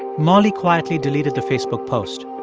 molly quietly deleted the facebook post,